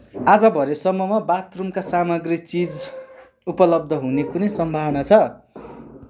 आज भरे सम्ममा बाथरुमका सामग्री चिज उपलब्ध हुने कुनै सम्भावना छ